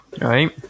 right